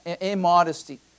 immodesty